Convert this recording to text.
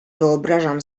wyobrażam